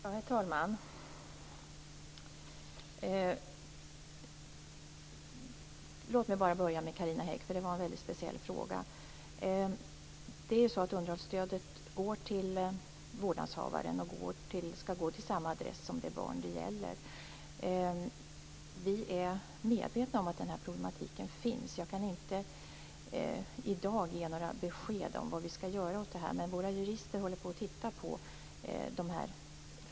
Herr talman! Låt mig börja med Carina Häggs fråga för den var väldigt speciell. Det är så att underhållsstödet går till vårdnadshavaren och skall gå till samma adress som det barn det gäller bor under. Vi är medvetna om den här problematiken. Jag kan inte i dag ge några besked om vad vi skall göra åt det här, men våra jurister håller på att titta på detta.